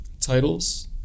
titles